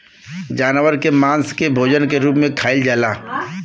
जानवर के मांस के भोजन के रूप में खाइल जाला